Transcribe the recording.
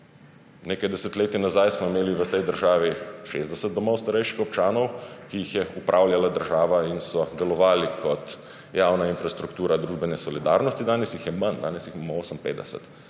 Nekaj desetletij nazaj smo imeli v tej državi 60 domov starejših občanov, ki jih je upravljala država in so delovali kot javna infrastruktura družbene solidarnosti, danes jih je manj, danes jih imamo 58.